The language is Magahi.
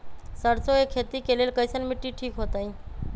सरसों के खेती के लेल कईसन मिट्टी ठीक हो ताई?